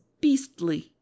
beastly